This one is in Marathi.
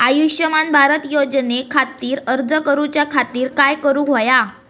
आयुष्यमान भारत योजने खातिर अर्ज करूच्या खातिर काय करुक होया?